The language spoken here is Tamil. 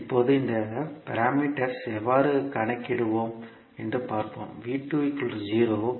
இப்போது இந்த பாராமீட்டர்களை எவ்வாறு கணக்கிடுவோம் என்று பார்ப்போம்